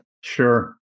sure